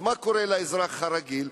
מה קורה לאזרח הרגיל?